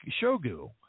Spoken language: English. Shogu